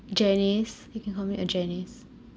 janice you can call me uh janice